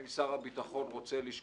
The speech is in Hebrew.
אם שר הביטחון רוצה לשקול,